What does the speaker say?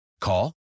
Call